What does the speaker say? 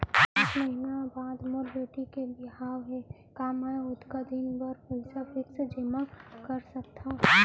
आठ महीना बाद मोर बेटी के बिहाव हे का मैं ओतका दिन भर पइसा फिक्स जेमा कर सकथव?